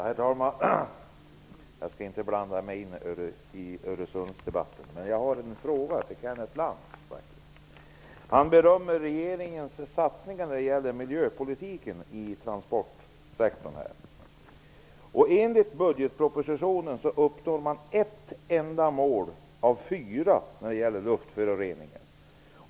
Herr talman! Jag skall inte blanda mig i debatten om Öresundsbron, men jag har en fråga till Han berömmer regeringens satsningar på miljöpolitiken inom transportsektorn. Enligt budgetpropostitionen uppnår man ett enda mål av fyra när det gäller luftföroreningar.